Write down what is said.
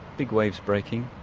big waves breaking.